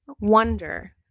wonder